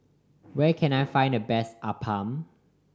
where can I find the best appam